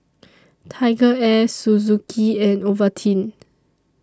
TigerAir Suzuki and Ovaltine